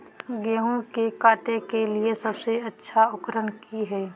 गेहूं के काटे के लिए सबसे अच्छा उकरन की है?